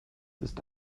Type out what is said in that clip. ist